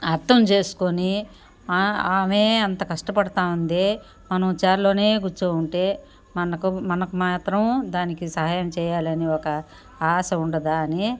అర్థం చేసుకొని ఆమె అంత కష్టపడతా ఉందే మనం మంచ్చాలోనే కూర్చొని అంటే మనకు మనకు మాత్రం దానికి సహాయం చెయ్యాలని